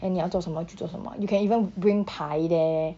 and 你要做什么就做什么 you can even bring 牌 there